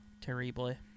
Terribly